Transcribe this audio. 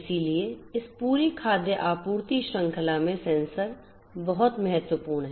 इसलिए इस पूरी खाद्य आपूर्ति श्रृंखला में सेंसर बहुत महत्वपूर्ण हैं